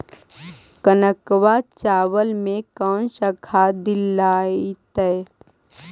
कनकवा चावल में कौन से खाद दिलाइतै?